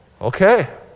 Okay